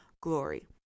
glory